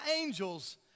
angels